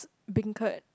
beancurd